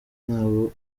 nabo